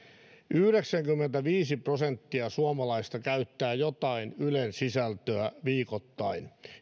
yhdeksänkymmentäviisi prosenttia suomalaisista käyttää jotain ylen sisältöä viikoittain